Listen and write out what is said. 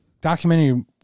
documentary